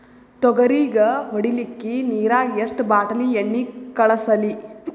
ತೊಗರಿಗ ಹೊಡಿಲಿಕ್ಕಿ ನಿರಾಗ ಎಷ್ಟ ಬಾಟಲಿ ಎಣ್ಣಿ ಕಳಸಲಿ?